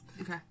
Okay